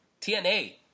TNA